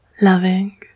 loving